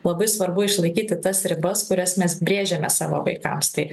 labai svarbu išlaikyti tas ribas kurias mes brėžiame savo vaikams tai